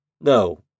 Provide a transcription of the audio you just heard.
No